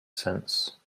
since